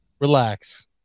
Relax